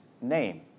name